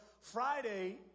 Friday